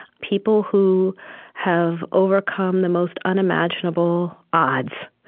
people who have overcome the most unimaginable odds,